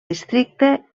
districte